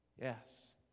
Yes